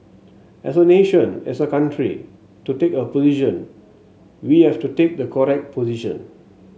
as a nation as a country to take a position we have to take the correct position